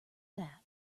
that